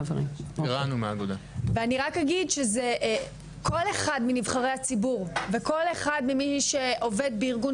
כל אחד מנבחרי הציבור או ממי שעובד בארגון